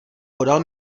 podal